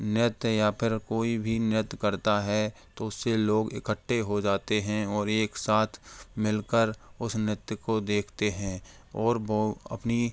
नृत्य या फिर कोई भी नृत्य करता है तो उससे लोग इकट्ठे हो जाते हैं और एक साथ मिलकर उस नृत्य को देखते हैं और वो अपनी